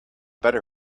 better